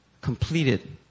completed